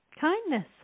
Kindness